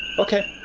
okay,